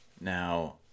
Now